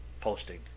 posting